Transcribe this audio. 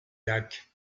lac